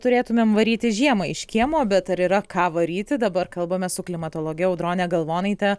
turėtumėm varyti žiemą iš kiemo bet ar yra ką varyti dabar kalbamės su klimatologe audrone galvonaite